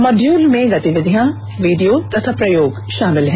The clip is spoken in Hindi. मॉड्यूल में गतिविधियां वीडियो तथा प्रयोग शामिल हैं